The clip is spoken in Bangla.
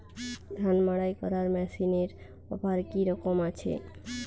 ধান মাড়াই করার মেশিনের অফার কী রকম আছে?